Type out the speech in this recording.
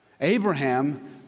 Abraham